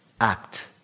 act